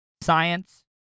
science